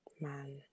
man